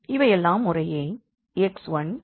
இவையெல்லாம் முறையே x1 x2